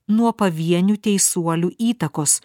nuo pavienių teisuolių įtakos